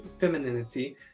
femininity